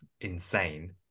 insane